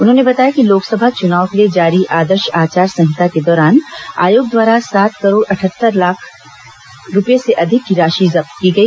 उन्होंने बताया कि लोकसभा चुनाव के लिए जारी आदर्श आचार संहिता के दौरान आयोग द्वारा सात करोड़ अटहत्तर आठ रूपये से अधिक की राशि जब्त की गई